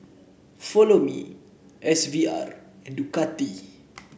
Follow Me S V R and Ducati